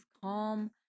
calm